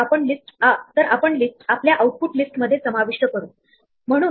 आपल्याला या दोन्ही सेटमध्ये असलेले सर्व एलिमेंट रिपीट न होता मिळतील